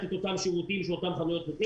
את אותם שירותים שנותנות אותן חנויות.